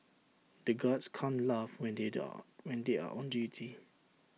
the guards can't laugh when are when they are on duty